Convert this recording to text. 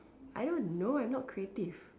I don't know I'm not creative